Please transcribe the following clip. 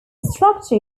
structure